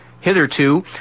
Hitherto